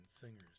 singers